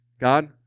God